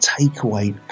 takeaway